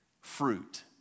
Fruit